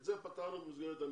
את זה פתרנו במסגרת המתווה,